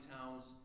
towns